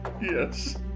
Yes